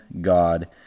God